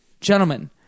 Gentlemen